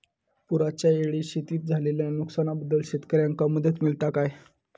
पुराच्यायेळी शेतीत झालेल्या नुकसनाबद्दल शेतकऱ्यांका मदत मिळता काय?